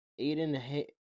Aiden